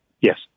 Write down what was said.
Yes